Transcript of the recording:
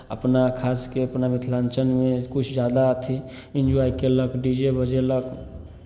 अपना खास कऽ अपना मिथलाञ्चलमे किछु ज्यादा अथी इन्जॉय कयलक डी जे बजेलक